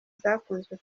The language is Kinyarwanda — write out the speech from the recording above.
zakunzwe